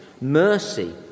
mercy